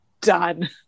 done